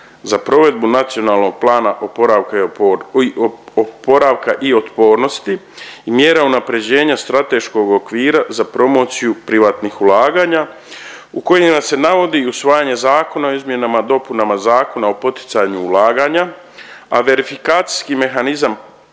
za provedbu NPOO-a i mjera unapređenja strateškog okvira za promociju privatnih ulaganja u kojima se navodi usvajanje Zakona o izmjenama i dopunama Zakona o poticanju ulaganja, a verifikacijski mehanizam